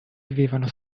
vivevano